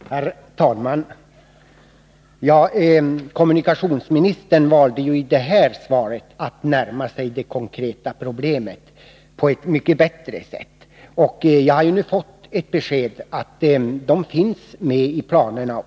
Herr talman! Kommunikationsministern valde i det här svaret att närma sig det konkreta problemet på ett mycket bättre sätt. Jag har nu fått det beskedet att dessa vägar finns med i planerna.